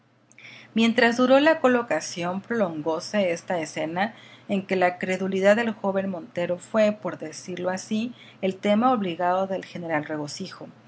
mientras duró la colocación prolongóse esta escena en que la credulidad del joven montero fue por decirlo así el tema obligado del general regocijo